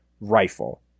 rifle